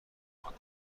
کند